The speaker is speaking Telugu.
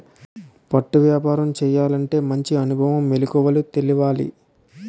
పట్టు వ్యాపారం చేయాలంటే మంచి అనుభవం, మెలకువలు తెలవాలి